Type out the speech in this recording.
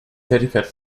tätigkeit